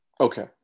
okay